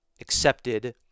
accepted